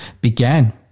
began